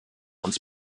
uns